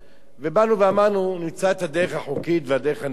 באנו ואמרנו שנמצא את הדרך החוקית והדרך הנכונה.